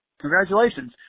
Congratulations